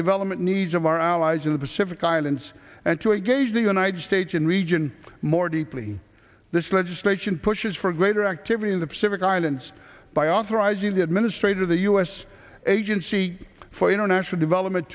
development needs of our allies in the pacific islands and to engage the united states in region more deeply this legislation pushes for greater activity in the pacific islands by authorizing the administrator the u s agency for international development